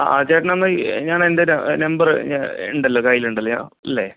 അ ചേട്ടനെന്നാൽ ഈ ഞാനെൻ്റെ നമ്പർ ഉണ്ടല്ലോ കൈയ്യിലുണ്ടല്ലോ ഇല്ലേ